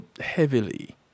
heavily